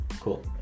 Cool